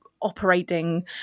operating